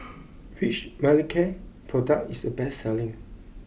which Manicare product is the best selling